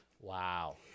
Wow